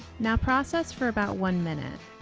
now process for about one minute.